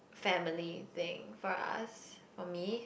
family thing for us for me